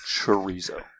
chorizo